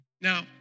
Now